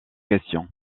question